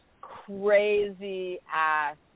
crazy-ass